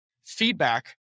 feedback